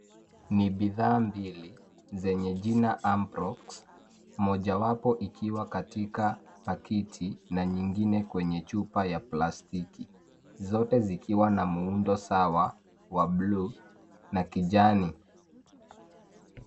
Ni bidhaa mbili zenye jina Amprox. Mojawapo ikiwa katika pakiti na nyingine kwenye chupa ya plastiki. Zote zikiwa na muundo sawa wa bluu na kijani.